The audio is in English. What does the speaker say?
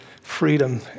freedom